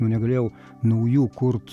nu negalėjau naujų kurt